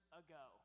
ago